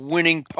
Winning